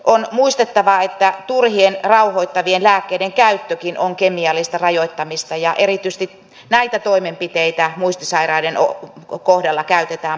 on muistettava että turhien rauhoittavien lääkkeiden käyttökin on kemiallista rajoittamista ja erityisesti näitä toimenpiteitä muistisairaiden kohdalla käytetään paljon